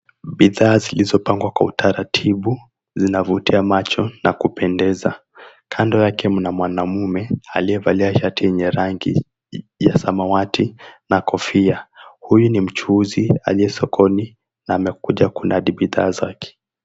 Bidhaa zilizopangwa kwa utaratibu zinavutia macho na kupendeza kando yake mna mwanamume aliyevalia shati yenye rangi ya samawati na kofia, huyu ni mchuuzi aliye sokoni na amekuja kuladi bidhaa zake.